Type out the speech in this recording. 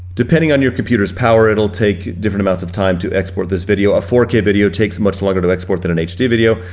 depending on your computer's power, it'll take different amounts of time to export this video. a four k video takes much longer to export than an hd video,